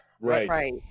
Right